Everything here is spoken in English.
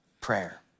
prayer